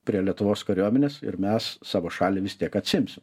prie lietuvos kariuomenės ir mes savo šalį vis tiek atsiimsim